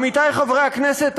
עמיתיי חברי הכנסת,